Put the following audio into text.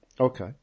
Okay